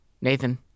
nathan